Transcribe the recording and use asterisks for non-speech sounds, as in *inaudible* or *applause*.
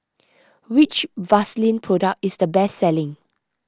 *noise* which Vaselin Product is the best selling